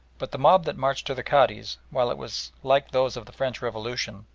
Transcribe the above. but the mob that marched to the cadi's, while it was like those of the french revolution,